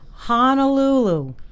Honolulu